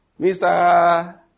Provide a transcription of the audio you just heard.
Mr